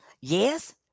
Yes